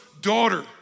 daughter